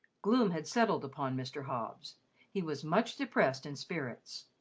gloom had settled upon mr. hobbs he was much depressed in spirits.